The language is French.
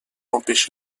empêcher